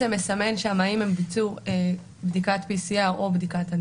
גם לגבי חברי